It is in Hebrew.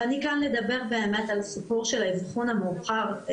אבל אני כאן לדבר באמת על הסיפור של האבחון המאוחר.